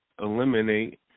eliminate